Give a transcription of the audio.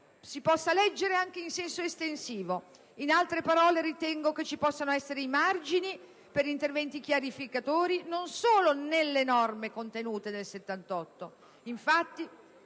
si possa leggere anche in senso estensivo. In altre parole, ritengo che ci possano essere i margini per interventi chiarificatori non solo "nelle" norme contenute nel